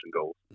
goals